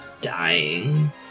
dying